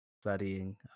studying